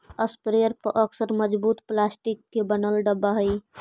sprayer पअक्सर मजबूत plastic के बनल डब्बा हई